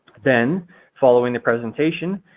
then following the presentation,